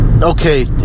Okay